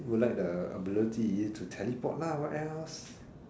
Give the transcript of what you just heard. I would like the ability to teleport lah what else